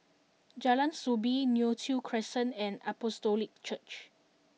Jalan Soo Bee Neo Tiew Crescent and Apostolic Church